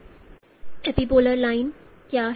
और एक epipolar line क्या है